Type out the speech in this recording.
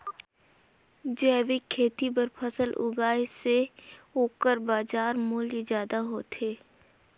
जैविक खेती बर फसल उगाए से ओकर बाजार मूल्य ज्यादा होथे